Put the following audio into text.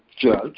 judge